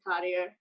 cardio